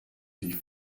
die